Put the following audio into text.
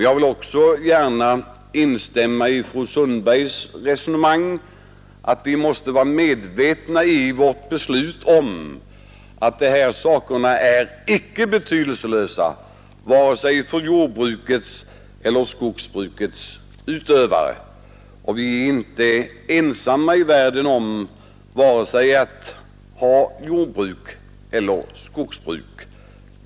Jag vill också gärna instämma i fru Sundbergs resonemang att vi vid vårt beslut måste vara medvetna om att dessa saker inte är betydelselösa vare sig för jordbrukets eller skogsbrukets utövare. Vi är ju inte ensamma i världen om att driva jordbruk eller skogsbruk.